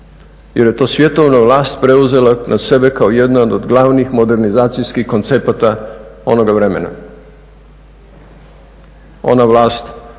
jer je to svjetovna vlast preuzela na sebe kao jedan od glavnih modernizacijskih koncepata onoga vremena. Ona vlast